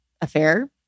affair